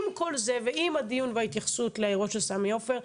עם כל זה ועם הדיון וההתייחסות לאירוע של סמי עופר,